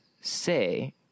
say